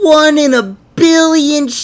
one-in-a-billion